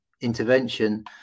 intervention